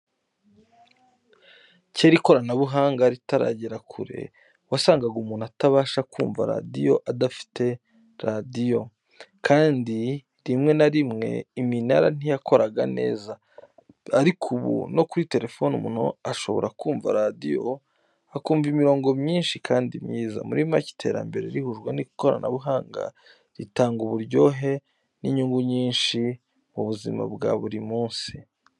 Kera ikoranabuhanga ritaragera kure, wasangaga umuntu atabasha kumva radiyo adafite radiyo, kandi rimwe na rimwe iminara ntiyakoraga neza. Ariko ubu no kuri terefone umuntu ashobora kumva radiyo, akumva imirongo myinshi kandi myiza. Muri make, iterambere rihujwe n’ikoranabuhanga ritanga uburyohe n’inyungu nyinshi mu buzima bwa buri munsi.